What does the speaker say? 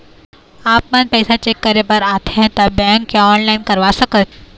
आपमन पैसा चेक करे बार आथे ता बैंक या ऑनलाइन करवा सकत?